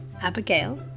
Abigail